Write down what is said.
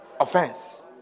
Offense